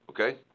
Okay